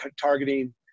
targeting